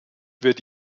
wird